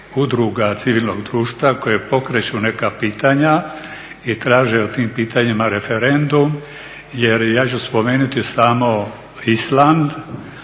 udruga civilnog društva koje pokreću neka pitanja i traže o tim pitanjima referendum. Jer ja ću spomenuti samo Island.